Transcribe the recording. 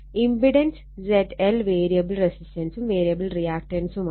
impedance ZL variable റെസിസ്റ്റൻസും variable റിയാക്റ്റൻസുമാണ്